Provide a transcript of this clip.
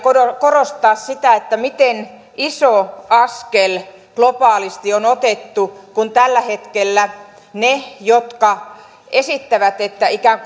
korostaa sitä miten iso askel globaalisti on otettu kun tällä hetkellä ne jotka esittävät että ikään